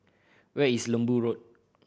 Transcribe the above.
where is Lembu Road